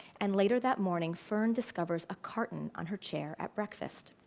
and later that morning, fern discovers a carton on her chair at breakfast.